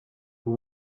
vous